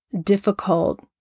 difficult